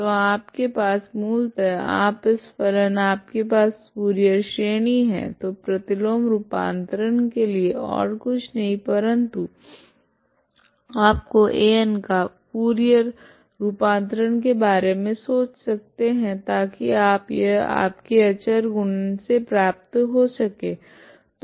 तो आपके पास मूलतः आप इस फलन आपके पास फुरियर श्रेणी है तो प्रतिलोम रूपान्तरण के लिए ओर कुछ नहीं परंतु तो आपका An का फुरियर रूपान्तरण के बारे मे सोच सकते है ताकि आपको यह आपके अचर गुणन से प्राप्त हो सके